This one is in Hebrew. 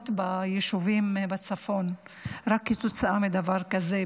ביישובים בצפון רק כתוצאה מדבר כזה,